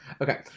Okay